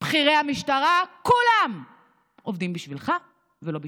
בכירי המשטרה, כולם עובדים בשבילך ולא בשבילי,